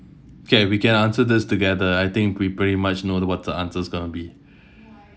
okay we can answer this together I think we pretty much know what's the answer's going to be